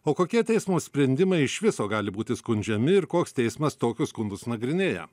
o kokie teismo sprendimai iš viso gali būti skundžiami ir koks teismas tokius skundus nagrinėja